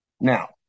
Now